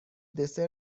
دسر